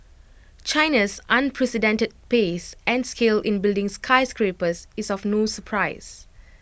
China's unprecedented pace and scale in building skyscrapers is of no surprise